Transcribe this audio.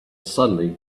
suddenly